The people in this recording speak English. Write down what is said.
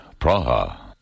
Praha